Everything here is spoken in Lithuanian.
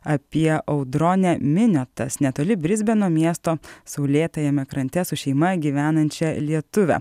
apie audronę miniotas netoli brisbano miesto saulėtajame krante su šeima gyvenančią lietuvę